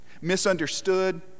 misunderstood